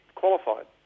qualified